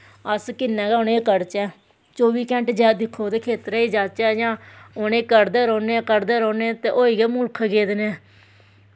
अस किन्ना गै उनेंई कड्डचै चौह्बी घैंटे जद दिक्खो ते खेतरै च जाच्चै जां उनें कडदे रौह्ने आं कडदे रौह्ने आं होई गै मुल्ख गेदे नै